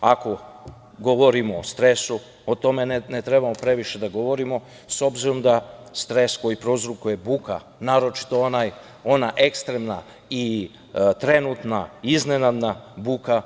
Ako govorimo o stresu, o tome ne treba previše da govorimo, s obzirom da stres koji prouzrokuje buka, naročito ona ekstremna i trenutna, iznenadna buka,